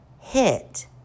hit